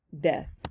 death